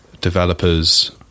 developers